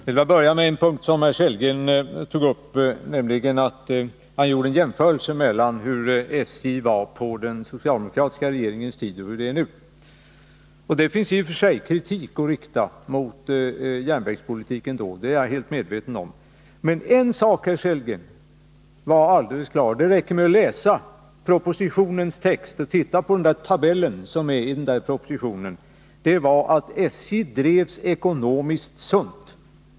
Herr talman! Rolf Sellgren gjorde en jämförelse mellan hur SJ var på den socialdemokratiska regeringens tid och hur SJ är nu. Det finns i och för sig kritik att rikta mot den dåvarande socialdemokratiska järnvägspolitiken — det är jag helt medveten om. Men en sak var alldeles klar, herr Sellgren. Det räcker med att läsa propositionens text och titta på den tabell som finns i propositionen för att få klart för sig att SJ då drevs ekonomiskt sunt.